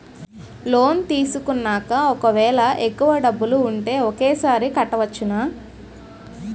Loan తీసుకున్నాక ఒకవేళ ఎక్కువ డబ్బులు ఉంటే ఒకేసారి కట్టవచ్చున?